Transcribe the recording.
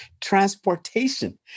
transportation